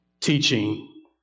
teaching